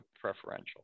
preferential